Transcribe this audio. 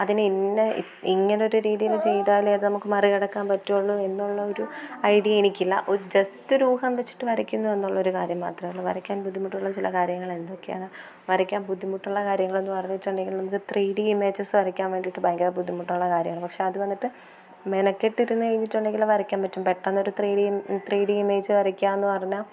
അതിന് ഇന്ന ഇങ്ങനൊരു രീതിയിൽ ചെയ്താലെ അത് നമുക്ക് മറികടക്കാൻ പറ്റൂള്ളൂ എന്നുള്ള ഒരു ഐഡിയ എനിക്കില്ല ഒരു ജസ്റ്റ് ഒരു ഊഹം വെച്ചിട്ട് വരയ്ക്കുന്നു എന്നുള്ള ഒരു കാര്യം മാത്രമേ ഉള്ളൂ വരയ്ക്കാൻ ബുദ്ധിമുട്ടുള്ള ചില കാര്യങ്ങൾ എന്തൊക്കെയാണ് വരയ്ക്കാൻ ബുദ്ധിമുട്ടുള്ള കാര്യങ്ങൾ എന്നു പറഞ്ഞിട്ടുണ്ടെങ്കിൽ നമുക്ക് ത്രീ ഡി ഇമേജസ് വരയ്ക്കാൻ വേണ്ടിയിട്ട് ഭയങ്കര ബുദ്ധിമുട്ടുള്ള കാര്യമാണ് പക്ഷെ അതുവന്നിട്ട് മെനക്കെട്ട് ഇരുന്നുകഴിഞ്ഞിട്ടുണ്ടെങ്കിൽ വരയ്ക്കാൻ പറ്റും പെട്ടെന്നൊരു three D three D image വരയ്ക്കാ വരയ്ക്കുക എന്നുപറഞ്ഞാൽ